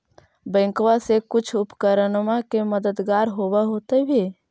बैंकबा से कुछ उपकरणमा के मददगार होब होतै भी?